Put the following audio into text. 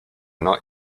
not